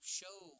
show